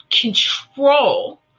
control